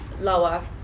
lower